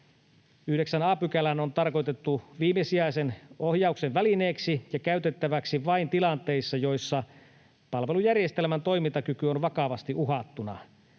9 a § on tarkoitettu viimesijaisen ohjauksen välineeksi ja käytettäväksi vain tilanteissa, joissa palvelujärjestelmän toimintakyky on vakavasti uhattuna.